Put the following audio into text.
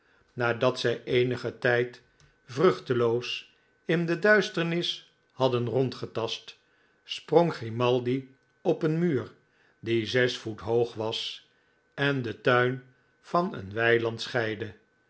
nadat zij eenigen tijd vruchteloos in de duisternis hadden rondgetast sprong g rimaldi op een muur die zes voet hoog was en den tuin van een weiland scheidde